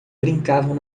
brincavam